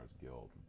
Guild